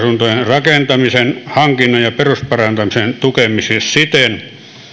rakentamisen hankinnan ja perusparantamisen tukemiseen siten